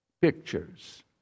Pictures